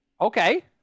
Okay